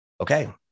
okay